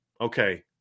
Okay